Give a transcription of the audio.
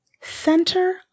center